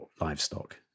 livestock